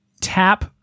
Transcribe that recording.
tap